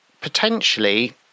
potentially